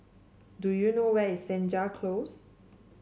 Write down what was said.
do you know where is Senja Close